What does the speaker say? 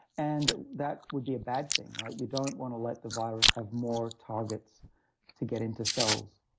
and that would be a bad thing, right? you don't want to let the virus have more targets to get into cells.